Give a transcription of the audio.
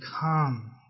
come